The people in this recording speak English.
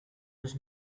was